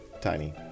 tiny